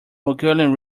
mongolian